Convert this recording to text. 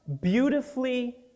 Beautifully